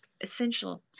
essential